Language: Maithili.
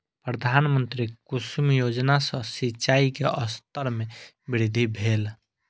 प्रधानमंत्री कुसुम योजना सॅ सिचाई के स्तर में वृद्धि भेल